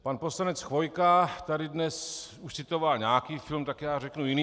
Pan poslanec Chvojka tady dnes už citoval nějaký film, tak já řeknu jiný.